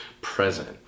present